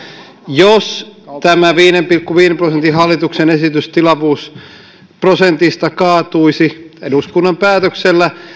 jos tämä viiden pilkku viiden prosentin hallituksen esitys tilavuusprosentista kaatuisi eduskunnan päätöksellä